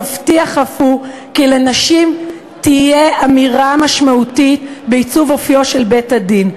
מבטיח אף הוא כי לנשים תהיה אמירה משמעותית בעיצוב אופיו של בית-הדין.